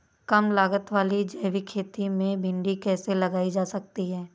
कम लागत वाली जैविक खेती में भिंडी कैसे लगाई जा सकती है?